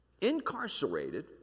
incarcerated